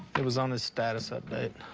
it was on his status update.